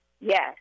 Yes